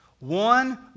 one